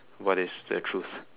what is the truth